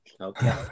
Okay